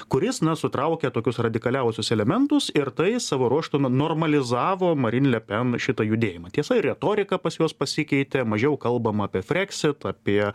kuris na sutraukia tokius radikaliausius elementus ir tai savo ruožtu normalizavo marin le pen šitą judėjimą tiesa ir retorika pas juos pasikeitė mažiau kalbama apie freksit apie